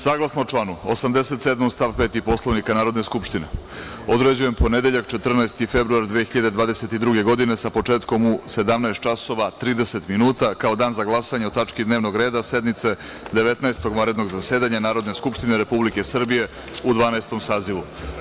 Saglasno članu 87. stav 5. Poslovnika Narodne skupštine, određujem ponedeljak 14. februar 2022. godine, sa početkom u 17.30 časova, kao dan za glasanje o tački dnevnog reda sednice Devetnaestog vanrednog zasedanja Narodne skupštine Republike Srbije u Dvanaestom sazivu.